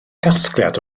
gasgliad